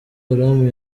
haram